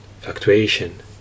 fluctuation